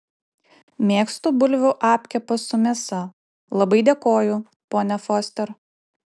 mėgstu bulvių apkepą su mėsa labai dėkoju ponia foster